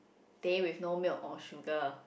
teh with no milk or sugar